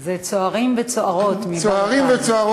אלה צוערים וצוערות מבה"ד 1. צוערים וצוערות,